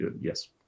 Yes